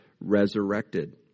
resurrected